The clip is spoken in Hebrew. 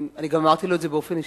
אני גם אמרתי לו את זה באופן אישי.